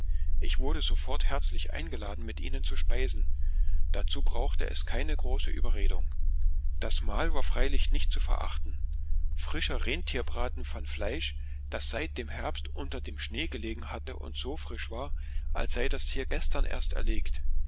ich wurde sofort herzlich eingeladen mit ihnen zu speisen dazu brauchte es keine große überredung das mahl war freilich nicht zu verachten frischer renntierbraten von fleisch das seit dem herbst unter dem schnee gelegen hatte und so frisch war als sei das tier erst gestern erlegt